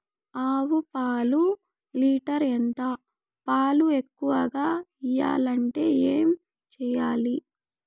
ఆవు పాలు లీటర్ ఎంత? పాలు ఎక్కువగా ఇయ్యాలంటే ఏం చేయాలి?